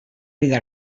vida